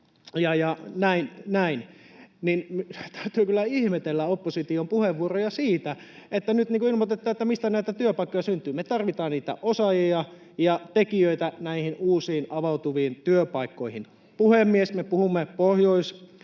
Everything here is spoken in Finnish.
Täytyy kyllä ihmetellä opposition puheenvuoroja siitä, että nyt ilmoitetaan, että mistä näitä työpaikkoja syntyy. Me tarvitsemme niitä osaajia ja tekijöitä näihin uusiin avautuviin työpaikkoihin. Puhemies! Me puhumme